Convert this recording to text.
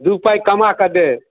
दू पाइ कमा कऽ दे